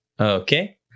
Okay